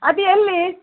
ಅದು ಎಲ್ಲಿ